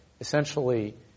essentially